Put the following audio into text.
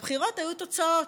לבחירות היו תוצאות.